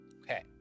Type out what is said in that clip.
Okay